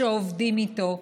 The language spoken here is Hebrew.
שעובדים איתו,